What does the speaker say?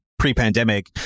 Pre-pandemic